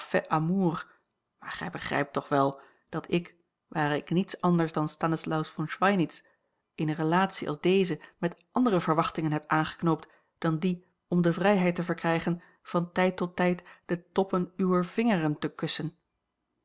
amour maar gij begrijpt toch wel dat ik ware ik niets anders dan stanislaus von schweinitz eene relatie als deze met andere verwachtingen heb aangeknoopt dan die om de vrijheid te verkrijgen van tijd tot tijd de toppen uwer vingeren te kussen